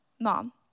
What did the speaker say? Mom